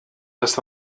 dass